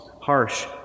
harsh